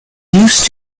used